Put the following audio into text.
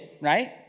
right